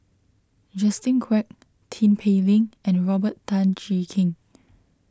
Justin Quek Tin Pei Ling and Robert Tan Jee Keng